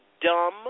dumb